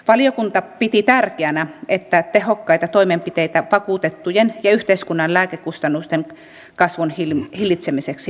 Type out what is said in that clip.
valiokunta piti tärkeänä että tehokkaita toimenpiteitä vakuutettujen ja yhteiskunnan lääkekustannusten kasvun hillitsemiseksi löydetään